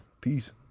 peace